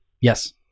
Yes